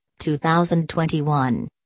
2021